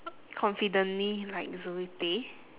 confidently like zoe tay